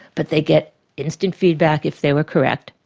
but they get instant feedback if they were correct,